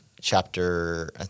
chapter